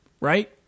right